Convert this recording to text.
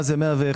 מה זה 101,